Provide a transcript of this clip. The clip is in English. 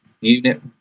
unit